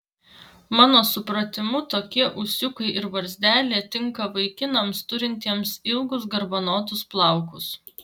mano supratimu tokie ūsiukai ir barzdelė tinka vaikinams turintiems ilgus garbanotus plaukus